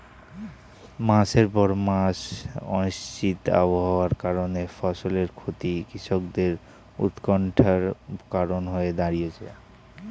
মাসের পর মাস অনিশ্চিত আবহাওয়ার কারণে ফসলের ক্ষতি কৃষকদের উৎকন্ঠার কারণ হয়ে দাঁড়িয়েছে